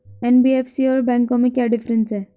NBFC और बैंकों में क्या डिफरेंस है?